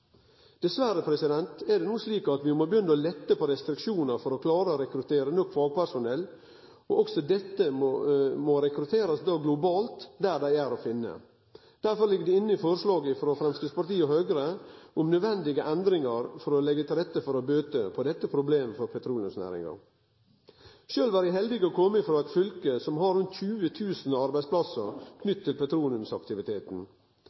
er det no slik at vi må begynne å lette på restriksjonar for å klare å rekruttere nok fagpersonell, og dei må rekrutterast globalt der dei er å finne. Derfor ligg det inne i forslaget frå Framstegspartiet og Høgre nødvendige endringar for å leggje til rette for å bøte på dette problemet for petroleumsnæringa. Sjølv er eg så heldig å kome frå eit fylke som har rundt 20 000 arbeidsplassar